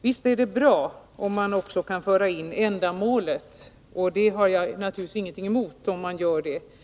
Visst är det bra om man också kan föra in ändamålet — och jag har naturligtvis ingenting emot att man gör det.